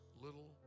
little